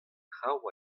traoù